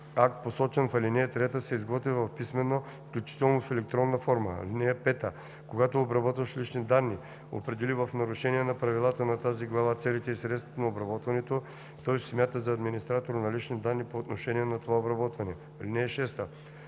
акт, посочен в ал. 3, се изготвя в писмена, включително в електронна форма. (5) Когато обработващ лични данни определи в нарушение на правилата на тази глава целите и средствата на обработването, той се смята за администратор на лични данни по отношение на това обработване. (6)